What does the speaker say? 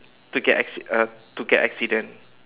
to get acci~ uh to get accident